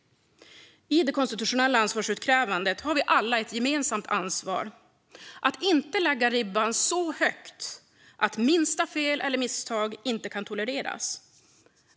I det konstitutionella ansvarsutkrävandet har vi alla ett gemensamt ansvar: att inte lägga ribban så högt att minsta fel eller misstag inte kan tolereras.